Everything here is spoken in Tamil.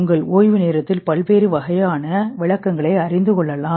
உங்கள் ஓய்வு நேரத்தில் பல்வேறு வகையான விளக்கங்களை அறிந்து கொள்ளலாம்